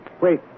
Wait